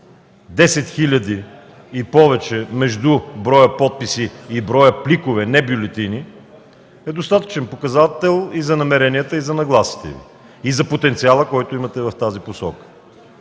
10 хиляди и повече, между броя подписи и броя пликове, не бюлетини, е достатъчен показател и за намеренията, и за нагласите Ви, и за потенциала, който имате в тази посока.